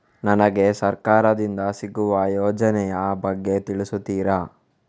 ನನಗೆ ಸರ್ಕಾರ ದಿಂದ ಸಿಗುವ ಯೋಜನೆ ಯ ಬಗ್ಗೆ ತಿಳಿಸುತ್ತೀರಾ?